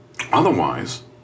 Otherwise